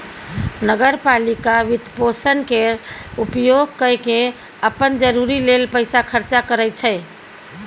नगर पालिका वित्तपोषण केर उपयोग कय केँ अप्पन जरूरी लेल पैसा खर्चा करै छै